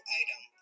item